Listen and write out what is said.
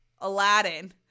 Aladdin